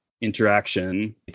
Interaction